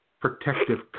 protective